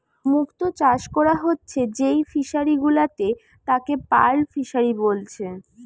মুক্ত চাষ কোরা হচ্ছে যেই ফিশারি গুলাতে তাকে পার্ল ফিসারী বলছে